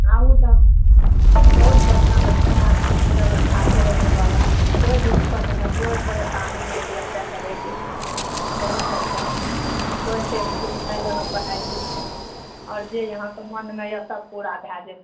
आबू तब बहुत बढ़िआँसे एतए ने बेबस्था छै रहैवला कोइ दिक्कत नहि कोइ परेशानी नहि छै एतए रहैके बहुत बढ़िआँ छै कोइ नहि यहाँ छै आओर जे अहाँके मोनमे यऽ सब पूरा भए जएतै